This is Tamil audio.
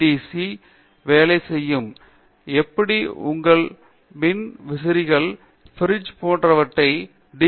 யில் வேலை செய்யும் எப்படி உங்கள் மின்விசிறிகளை பிரிட்ஜ் போன்றவற்றை டி